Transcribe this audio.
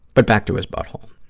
but back to his butthole.